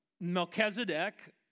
Melchizedek